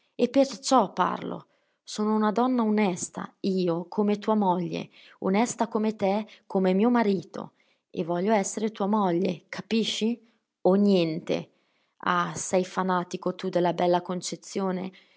e perciò parlo sono una donna onesta io come tua moglie onesta come te come mio marito e voglio essere tua moglie capisci o niente ah sei fanatico tu della bella concezione